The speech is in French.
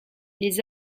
les